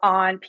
on